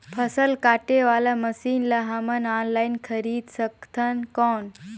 फसल काटे वाला मशीन ला हमन ऑनलाइन खरीद सकथन कौन?